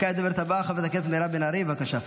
כעת הדוברת הבאה, חברת הכנסת מירב בן ארי, בבקשה.